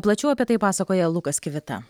plačiau apie tai pasakoja lukas kivita